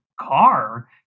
car